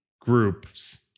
groups